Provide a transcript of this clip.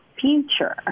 future